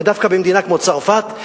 ודווקא במדינה כמו צרפת,